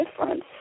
difference